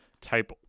type